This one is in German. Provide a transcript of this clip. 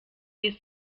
ist